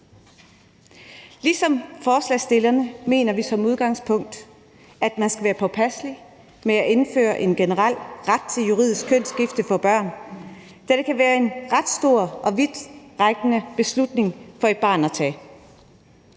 Ligesom forslagsstillerne mener vi som udgangspunkt, at man skal være påpasselig med at indføre en generel ret til juridisk kønsskifte for børn, da det kan være en ret stor og vidtrækkende beslutning for et barn at tage.